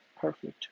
Perfect